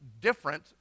different